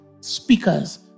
speakers